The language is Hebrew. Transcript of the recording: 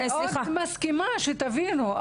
אני מאוד מסכימה, שתבינו.